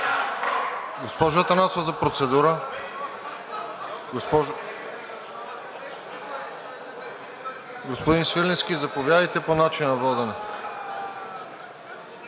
Госпожо Атанасова, за процедура? Господин Свиленски, заповядайте по начина на водене.